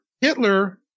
Hitler